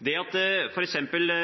Det at f.eks.